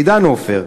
עידן עופר,